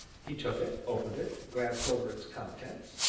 he took it, opened it, glanced over its contents,